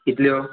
कितल्यो